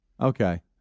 Okay